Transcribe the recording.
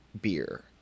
beer